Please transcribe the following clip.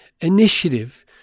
initiative